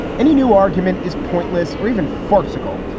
any new argument is pointless or even farcical.